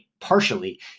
partially